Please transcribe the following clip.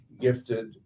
gifted